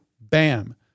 Bam